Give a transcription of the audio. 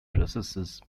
processes